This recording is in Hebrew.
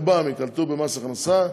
רובם ייקלטו במס הכנסה,